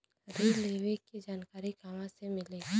ऋण लेवे के जानकारी कहवा से मिली?